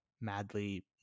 madly